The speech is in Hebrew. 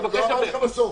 לא אמרתי לך בסוף.